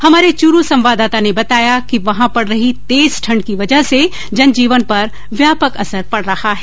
हमारेचूरू संवाददाता ने बताया कि वहां पड रही तेज ठण्ड की वजह से जनजीवन पर व्यापक असर पड रहा है